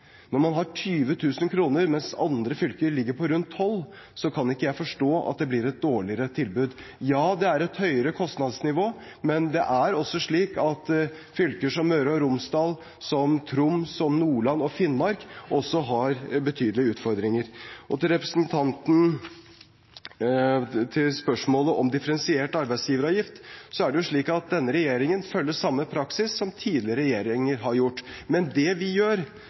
Når man har 20 000 kr mens andre fylker ligger på rundt 12 000 kr, kan ikke jeg forstå at det blir et dårligere tilbud. Ja, det er et høyere kostnadsnivå, men det er også slik at fylker som Møre og Romsdal, som Troms, Nordland og Finnmark, også har betydelige utfordringer. Til spørsmålet om differensiert arbeidsgiveravgift er det slik at denne regjeringen følger samme praksis som tidligere regjeringer har gjort, men det vi gjør,